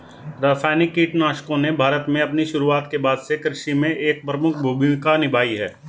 रासायनिक कीटनाशकों ने भारत में अपनी शुरुआत के बाद से कृषि में एक प्रमुख भूमिका निभाई है